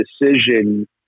decision